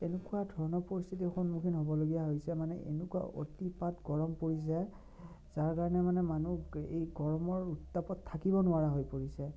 এনেকুৱা ধৰণৰ পৰিস্থিতিৰ সন্মুখীন হ'বলগীয়া হৈছে মানে এনেকুৱা অতিপাত গৰম পৰি যায় যাৰ কাৰণে মানে মানুহ এই গৰমৰ উত্তাপত থাকিব নোৱাৰা হৈ পৰিছে